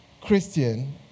Christian